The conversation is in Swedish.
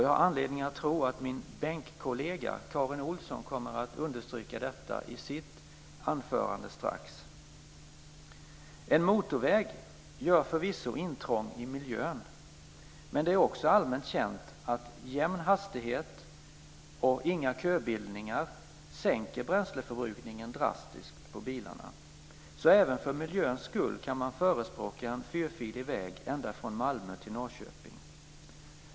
Jag har anledning att tro att min bänkkollega Karin Olsson kommer att understryka detta i sitt anförande strax. En motorväg gör förvisso intrång i miljön, men det är också allmänt känt att jämn hastighet och inga köbildningar sänker bilarnas bränsleförbrukning drastiskt, så även för miljöns skull kan man förespråka en fyrfilig väg ända från Malmö till Norrköping.